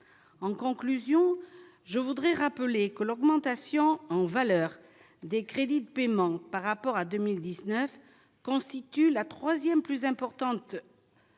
en conclusion, je voudrais rappeler que l'augmentation en valeur des crédits de paiement par rapport à 2019 constitue la 3ème plus importante du